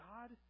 God